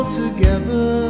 together